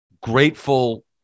grateful